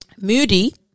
Moody